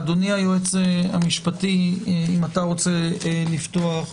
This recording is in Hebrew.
אדוני היועץ המשפטי, אם אתה רוצה לפתוח,